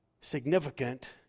significant